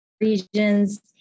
regions